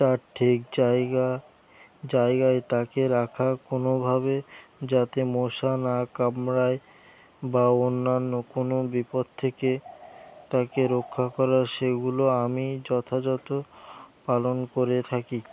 তার ঠিক জায়গা জায়গায় তাকে রাখা কোনোভাবে যাতে মশা না কামড়ায় বা অন্যান্য কোনো বিপদ থেকে তাকে রক্ষা করা সেগুলো আমি যথাযথ পালন করে থাকি